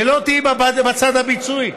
ולא תהיי בצד הביצועי.